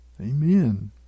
Amen